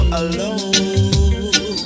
alone